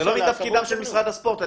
זה לא מתפקידם של משרד הספורט.